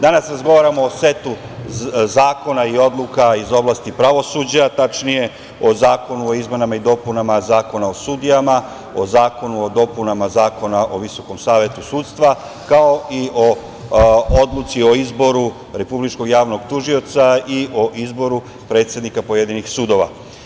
Danas razgovaramo o setu zakona i odluka iz oblasti pravosuđa, tačnije o Zakonu o izmenama i dopunama Zakona o sudijama, o Zakonu o dopunama Zakona o Visokom savetu sudstva, kao i o Odluci o izboru Republičkog javnog tužioca i o izboru predsednika pojedinih sudova.